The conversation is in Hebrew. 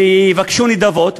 ויבקשו נדבות.